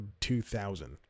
2000